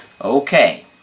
Okay